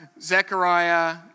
Zechariah